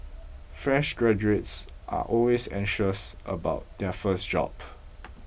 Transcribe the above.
fresh graduates are always anxious about their first job